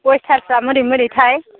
बयस टारफ्रा मोरै मोरै मोरैथाय